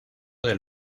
del